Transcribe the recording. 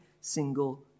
single